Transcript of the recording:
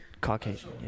Caucasian